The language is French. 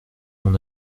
mon